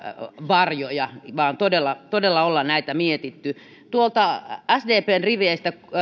varjoja vaan todella todella ollaan näitä mietitty tuolta sdpn riveistä